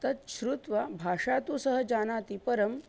तत् श्रुत्वा भाषा तु सः जानाति परम्